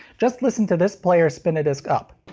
just listen to this player spin a disc up.